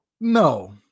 No